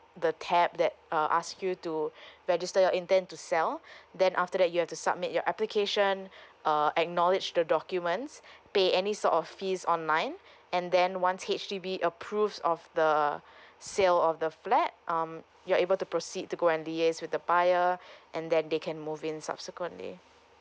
the tab that uh ask you to register your intent to sell then after that you have to submit your application uh acknowledge the documents pay any sort of fees online and then once H_D_B approves of the sale of the flat um you're able to proceed to go and liaise with the buyer and then they can move in subsequently